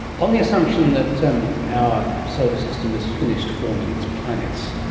on the assumption that our solar system has finished forming its planets,